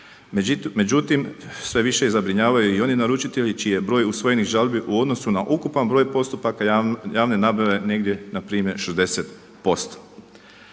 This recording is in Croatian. Međutim, sve više zabrinjavaju i oni naručitelji čiji je broj usvojenih žalbi u odnosu na ukupan broj postupaka javne nabave negdje npr. 60%.